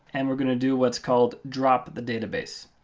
and we're going to do what's called drop the database,